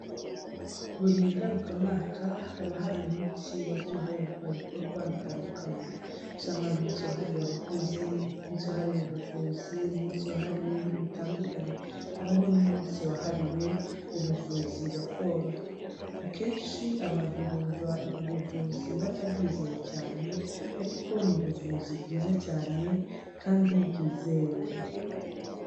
Buri ngaruka mwaka haba hari umunsi wagiye uharirwa ibikorwa bitandukanye aho usanga hari umunsi wahariwe abakozi, umunsi wahariwe ubuvuzu, umunsi wahariwe ibintu bitandukanye, habaho n'umunsi wahariwe ubuvuzi gakondo. Akenshi abantu bumva ubu buvuzi batabwizeye cyane ariko n'ubuvuzi bwiza cyane kandi bwizewe.